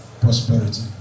prosperity